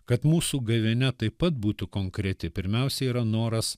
kad mūsų gavėnia taip pat būtų konkreti pirmiausia yra noras